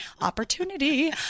opportunity